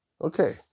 okay